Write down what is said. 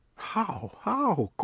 how, how,